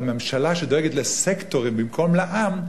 הממשלה שדואגת לסקטורים במקום לעם,